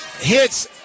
hits